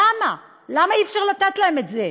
למה, למה אי-אפשר לתת להם את זה?